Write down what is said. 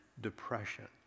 depression